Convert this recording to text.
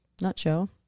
nutshell